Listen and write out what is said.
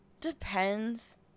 depends